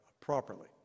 properly